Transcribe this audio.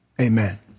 amen